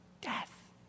Death